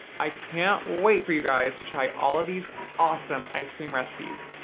i can't wait for you guys to try all of these awesome ice cream recipes.